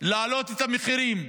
להעלות את המחירים,